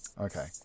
Okay